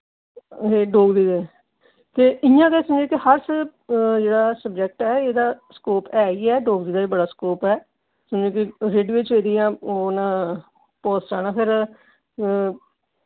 एह्दे डोगरी ते इ'यां गै समझी लैओ कि अस जेह्ड़ा सब्जैक्ट ऐ एह्दा स्कोप ऐ ही ऐ डोगरी दा बी बड़ा स्कोप ऐ रेडियो च एह्दियां ओह् न पोस्टां न फिर